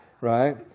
right